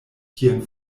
kien